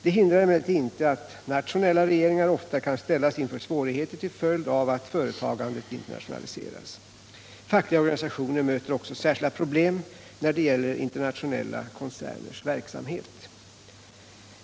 Det hindrar emellertid inte att nationella regeringar ofta kan ställas inför svårigheter till följd av att företagandet internationaliseras. Fackliga organisationer möter också särskilda problem när det gäller internationella koncerners verksamhet.